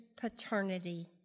paternity